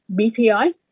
BPI